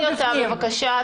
הסדרנית, תוציאי אותה בבקשה.